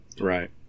right